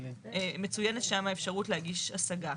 מצוינת שם האפשרות להגיש השגה.